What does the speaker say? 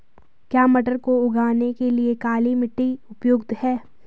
क्या मटर को उगाने के लिए काली मिट्टी उपयुक्त है?